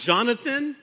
Jonathan